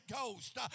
Ghost